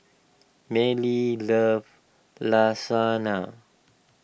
Manly loves Lasagna